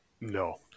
No